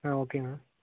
ah okay ma'am